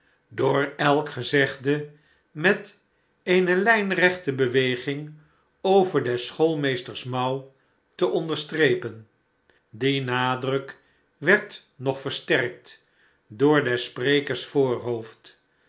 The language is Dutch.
door elk gezegde met eene lijnrechte beweging over des schoolmeesters mouw te onderstrepen die nadruk werd nog versterkt door des sprekers voorhoofd